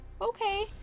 okay